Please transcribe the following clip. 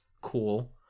cool